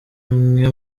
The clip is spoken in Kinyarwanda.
imwe